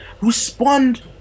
Respond